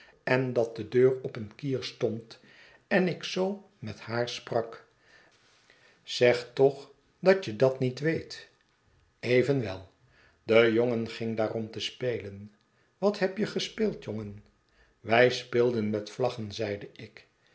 en dat de deur op een kier stond en ik zoo met haar sprak zeg toch niet dat je dat niet weet evenwel de jongen ging daar om te spelen wat heb je gespeeld jongen wij speelden met vlaggen zeide ik